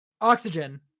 oxygen